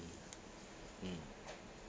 mm